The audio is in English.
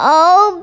Oh